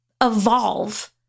evolve